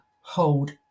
hold